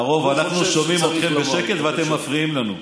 לרוב אנחנו שומעים אתכם בשקט ואתם מפריעים לנו.